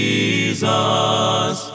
Jesus